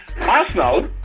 Arsenal